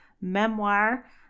memoir